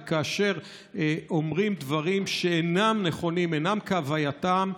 וכאשר אומרים דברים שאינם נכונים, אינם כהווייתם,